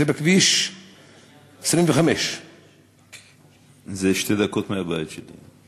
זה בכביש 25. זה שתי דקות מהבית שלי.